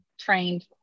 Trained